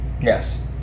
Yes